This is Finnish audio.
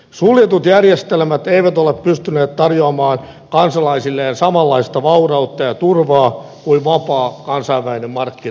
suljetut järjestelmät eivät ole pystyneet tarjoamaan kansalaisilleen samanlaista vaurautta ja turvaa kuin vapaa kansainvälinen markkinatalous